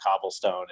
cobblestone